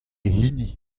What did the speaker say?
hini